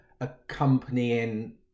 accompanying